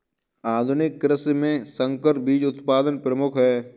आधुनिक कृषि में संकर बीज उत्पादन प्रमुख है